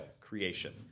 Creation